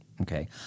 Okay